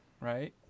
right